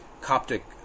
Coptic